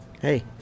Hey